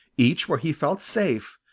each where he felt safe,